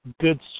good